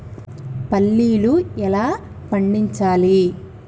పల్లీలు ఎలా పండించాలి?